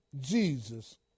Jesus